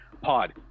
pod